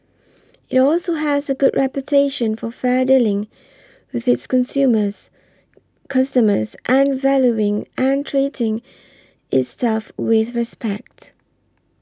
it also has a good reputation for fair dealing with its consumers customers and valuing and treating its staff with respect